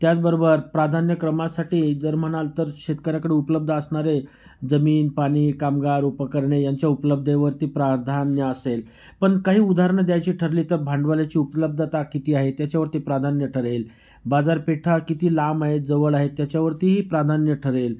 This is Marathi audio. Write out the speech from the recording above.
त्याचबरोबर प्राधान्य क्रमासाठी जर म्हणाल तर शेतकऱ्याकडे उपलब्ध असणारे जमीन पाणी कामगार उपकरणे यांच्या उपलब्धेवरती प्राधान्य असेल पण काही उदाहारणं द्यायची ठरली तर भांडवालाची उपलब्धता किती आहे त्याच्यावरती प्राधान्य ठरेल बाजारपेठा किती लांब आहेत जवळ आहेत त्याच्यावरतीही प्राधान्य ठरेल